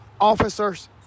officers